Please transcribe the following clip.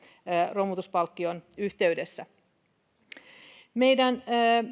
romutuspalkkion yhteydessä